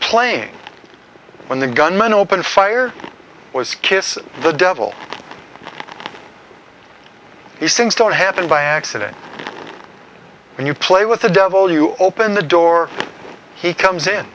playing when the gunman opened fire was kiss the devil these things don't happen by accident when you play with the devil you open the door he comes in